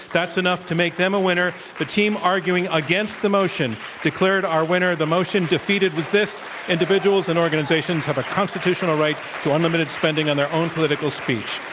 that's enough to make them a winner. the team arguing against the motion declared our winner, the motion defeated is this individuals and organizations have a constitutional right to unlimited spending on their own political speech.